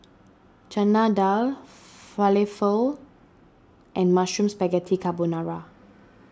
Chana Dal Falafel and Mushroom Spaghetti Carbonara